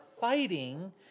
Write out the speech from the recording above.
fighting